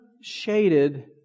shaded